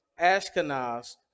Ashkenaz